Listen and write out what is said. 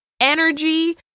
energy